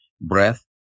breath